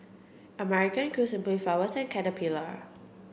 American Crew Simply Flowers and Caterpillar